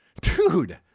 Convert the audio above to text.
Dude